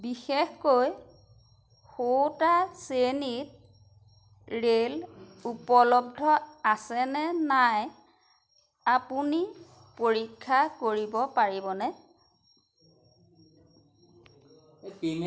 বিশেষকৈ শুৱোঁতা শ্ৰেণীত ৰে'ল উপলব্ধ আছেনে নাই আপুনি পৰীক্ষা কৰিব পাৰিবনে